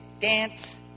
dance